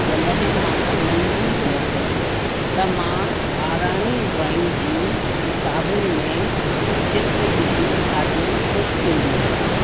जॾहिं मां नंढी हुअसि त मां ॿाराणी ड्रॉइंग जी किताबुनि में चित्र ॾिसी ॾाढी ख़ुशि थींदी हुअसि